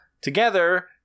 together